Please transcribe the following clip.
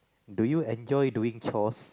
do you enjoy doing chores